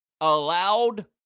allowed